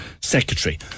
Secretary